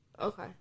Okay